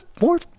more